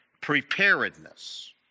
Preparedness